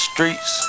Streets